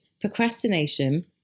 procrastination